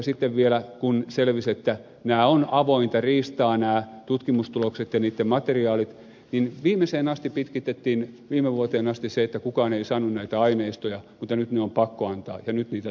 sitten vielä kun selvisi että nämä ovat avointa riistaa nämä tutkimustulokset ja niitten materiaalit viimeiseen asti pitkitettiin viime vuoteen asti kukaan ei saanut näitä aineistoja mutta nyt ne on pakko antaa ja nyt niitä tutkitaan